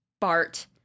Bart